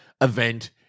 event